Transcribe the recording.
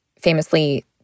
famously